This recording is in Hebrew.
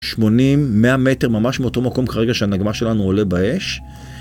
80-100 מטר ממש מאותו מקום כרגע שהנגמ"ש שלנו עולה באש.